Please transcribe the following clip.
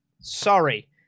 Sorry